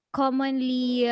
commonly